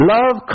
Love